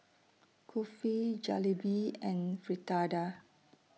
Kulfi Jalebi and Fritada